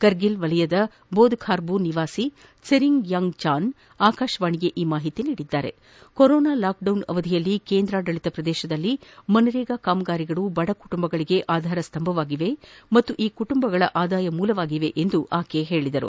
ಕಾರ್ಗಿಲ್ ವಲಯದ ಬೋಧ ಖಾರ್ಬೂ ನಿವಾಸಿ ತ್ವೆರಿಂಗ್ ಯಾಂಗ್ ಚಾನ್ ಆಕಾಶವಾಣಿಗೆ ಈ ಮಾಹಿತಿ ನೀಡಿದ್ದು ಕೊರೋನಾ ಲಾಕ್ಡೌನ್ ಅವಧಿಯಲ್ಲಿ ಕೇಂದ್ರಾಡಳಿತ ಪ್ರದೇಶದಲ್ಲಿ ಮನ್ರೇಗಾ ಕಾಮಗಾರಿಗಳು ಬಡಕುಟುಂಬಗಳಿಗೆ ಆಧಾರಸ್ತಂಭವಾಗಿವೆ ಮತ್ತು ಈ ಕುಟುಂಬಗಳ ಆದಾಯ ಮೂಲವಾಗಿವೆ ಎಂದು ತಿಳಿಸಿದ್ದಾರೆ